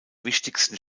wichtigsten